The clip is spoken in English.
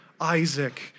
Isaac